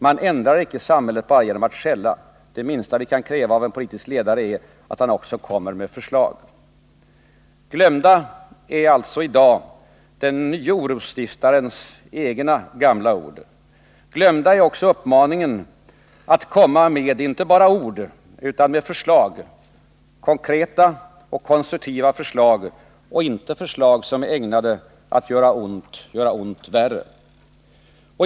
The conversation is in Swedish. Man ändrar icke samhället bara genom att skälla. Det minsta vi kan kräva av en politisk ledare är att han också kommer med förslag.” Glömda, herr talman, är i dag den nye orosstiftarens egna gamla ord. Glömd är också uppmaningen att inte bara komma med ord utan med förslag — konkreta och konstruktiva förslag och inte förslag som är ägnade att göra ont värre.